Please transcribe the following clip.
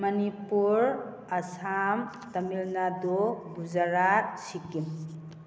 Manipur Assam Tamil Nadu Gujarat Sikkim